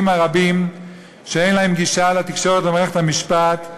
הרבים שאין להם גישה לתקשורת ולמערכת המשפט,